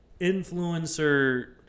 influencer